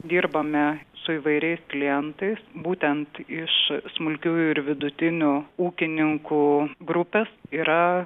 dirbame su įvairiais klientais būtent iš smulkiųjų ir vidutinių ūkininkų grupės yra